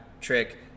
trick